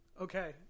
okay